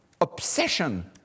obsession